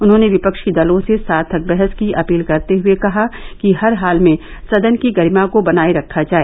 उन्हॉने विपक्षी दलों से सार्थक बहस की अर्पोल करते हये कहा कि हर हाल में सदन की गरिमा को बनाये रखा जाए